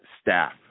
staff